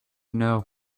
know